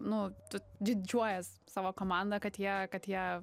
nu tu didžiuojies savo komanda kad jie kad jie